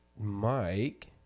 Mike